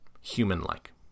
human-like